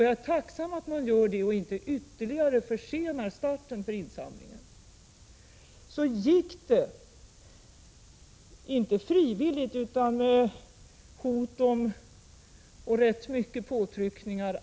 Jag är tacksam att riksdagen gör det och inte ytterligare försenar starten för insamlingen av batterier.